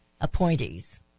appointees